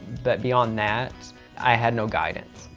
but beyond that i had no guidance.